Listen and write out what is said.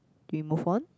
we move on